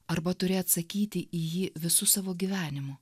arba turi atsakyti į jį visu savo gyvenimu